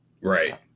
Right